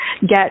get